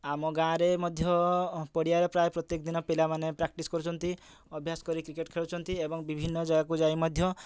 ଆମ ଗାଁରେ ମଧ୍ୟ ପଡ଼ିଆରେ ପ୍ରାୟ ପ୍ରତ୍ୟେକ ଦିନ ପିଲାମାନେ ପ୍ରାକ୍ଟିସ୍ କରୁଛନ୍ତି ଅଭ୍ୟାସ କରି କ୍ରିକେଟ୍ ଖେଳୁଛନ୍ତି ଏବଂ ବିଭିନ୍ନ ଜାଗାକୁ ଯାଇ ମଧ୍ୟ